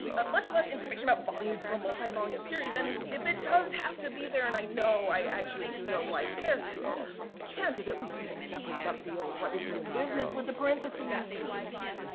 of much less information about volumes and multivolume series. and, if it does have to be there, and, i know, i actually do know why it's there, can't it at least be in a separate subfield? what is this business with the parentheses?